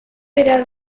berea